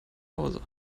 hause